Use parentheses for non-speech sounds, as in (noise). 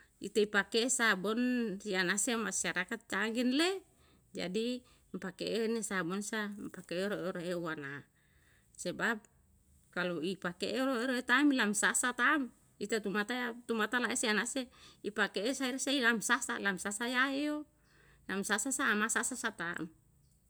Iteu pake'e sabon ri ana se masyarakat kagen le jadi pake'e ne sabon sa pake e (unintelligible) ua na sebab i kalo i pake ero ero e tam lam sa asa taa'm ite tuma tae tu mata la ese ana ese ipa ke'e saer sei lam sasa lam sasa yae o lam sasa sa ama sasa sa taa'm